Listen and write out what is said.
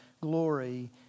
glory